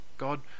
God